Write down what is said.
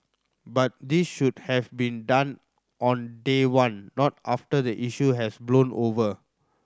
but this should have been done on day one not after the issue has blown over